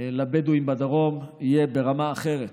לבדואים בדרום יהיה ברמה אחרת,